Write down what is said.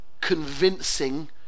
convincing